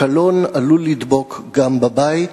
הקלון עלול לדבוק גם בבית.